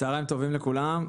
צוהריים טובים לכולם,